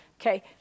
Okay